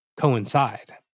coincide